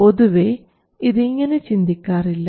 പൊതുവേ ഇത് ഇങ്ങനെ ചിന്തിക്കാറില്ല